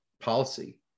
policy